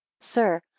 sir